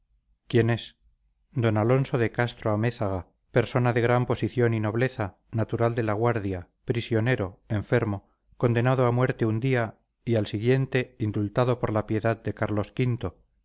quién es d alonso de castro-amézaga persona de gran posición y nobleza natural de la guardia prisionero enfermo condenado a muerte un día y al siguiente indultado por la piedad de carlos